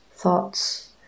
thoughts